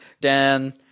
Dan